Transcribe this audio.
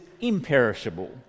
imperishable